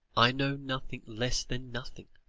i know nothing, less than nothing